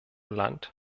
land